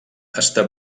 està